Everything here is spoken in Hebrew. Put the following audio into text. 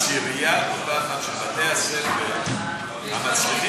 בעשירייה הפותחת של בתי-הספר המצליחים